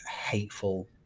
hateful